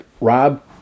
Rob